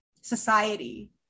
society